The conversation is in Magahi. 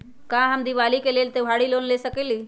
का हम दीपावली के लेल त्योहारी लोन ले सकई?